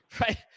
right